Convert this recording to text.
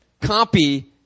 copy